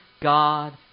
God